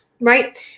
right